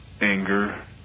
anger